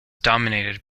dominated